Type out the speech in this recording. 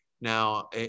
Now